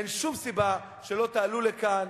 אין שום סיבה שלא תעלו לכאן